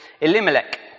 Elimelech